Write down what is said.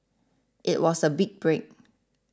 it was a big break